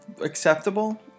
acceptable